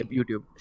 YouTube